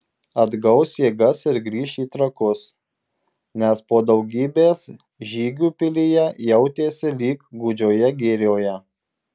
atgaus jėgas ir grįš į trakus nes po daugybės žygių pilyje jautėsi lyg gūdžioje girioje